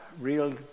Real